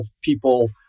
people